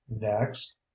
next